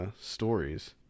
stories